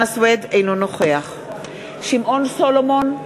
אינו נוכח שמעון סולומון,